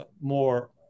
more